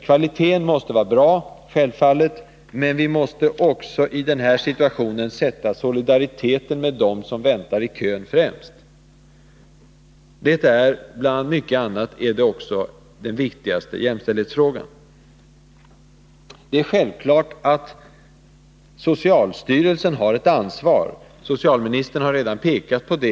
Kvaliteten måste självfallet vara bra, men vi måste i den här situationen sätta solidariteten med dem som väntar i kön främst. Det är bland mycket annat den viktigaste jämställdhetsfrågan. Det är självklart att socialstyrelsen har ett ansvar. Socialministern har redan pekat på det.